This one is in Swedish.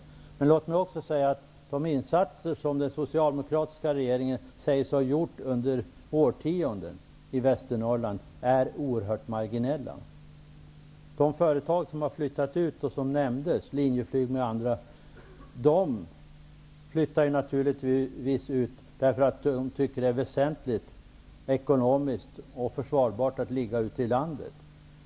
Låt mig emellertid också säga att de insatser i Västernorrland som den socialdemokratiska regeringen säger sig ha gjort under årtionden är oerhört marginella. beror naturligtvis på att de funnit det väsentligt och ekonomiskt försvarbart att vara placerade ute i landet.